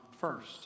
first